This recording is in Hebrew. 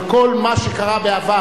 על כל מה שקרה בעבר,